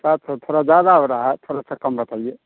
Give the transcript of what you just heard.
सात सौ थोड़ा ज्यादा हो रहा थोड़ा सा कम बताइए